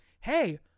Hey